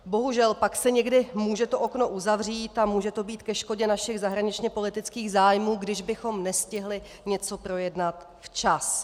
Bohužel se pak někdy může to okno uzavřít a může to být ke škodě našich zahraničněpolitických zájmů, kdybychom nestihli něco projednat včas.